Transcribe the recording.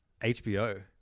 HBO